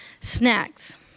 snacks